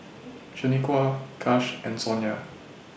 Shanequa Kash and Sonya